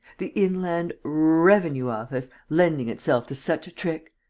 the inland r-r-r-revenue awfice lending itself to such a trick!